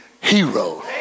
hero